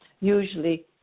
usually